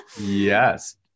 Yes